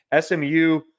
SMU